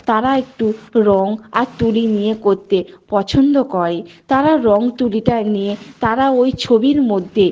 তারা একটু রঙ আর তুলি নিয়ে করতে পছন্দ করে তারা রঙ তুলিটা নিয়ে তারা ওই ছবির মধ্যে